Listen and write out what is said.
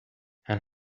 and